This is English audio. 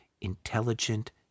intelligent